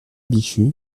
bichu